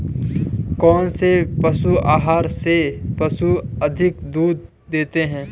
कौनसे पशु आहार से पशु अधिक दूध देते हैं?